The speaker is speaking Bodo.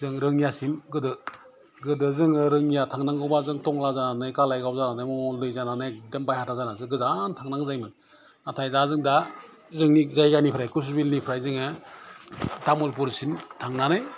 जों रोङियासिम गोदो गोदो जों रोङिया थांनागौबा थंला जानानै कालायगाव जानानै मंगलदै जानानै एकदम बाहेरा जानानैसो गाजोन थांनांगौ जायोमोन नाथाय दा जों दा जोंनि जायगानिफ्राय कसबिलनिफ्राय जोङो थामुलपुरसिम थांनानै